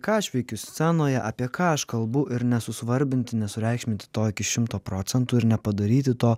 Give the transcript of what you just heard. ką aš veikiu scenoje apie ką aš kalbu ir nesusvarbinti nesureikšminti to iki šimto procentų ir nepadaryti to